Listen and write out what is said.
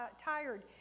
tired